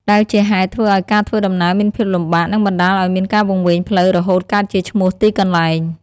ដែលជាហេតុធ្វើឲ្យការធ្វើដំណើរមានភាពលំបាក និងបណ្តាលឲ្យមានការវង្វេងផ្លូវរហូតកើតជាឈ្មោះទីកន្លែង។